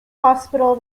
hospital